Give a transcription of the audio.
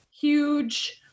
huge